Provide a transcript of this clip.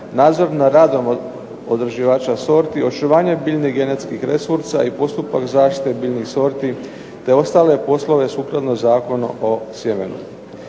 nadzor nad radom očuvanja sorti, očuvanja biljnih i genetskih resursa i postupak zaštite biljnih sorti, te ostale poslove sukladno Zakonu o sjemenu.